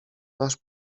nasz